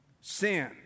Sin